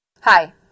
Hi